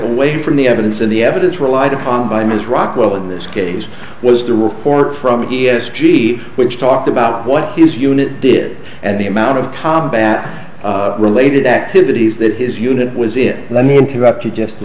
away from the evidence of the evidence relied upon by ms rockwell in this case was the report from the s g which talked about what his unit did and the amount of combat related activities that is unit was it let me interrupt you just a